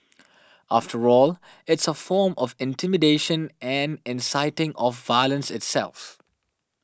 after all it's a form of intimidation and inciting of violence itself